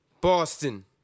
Boston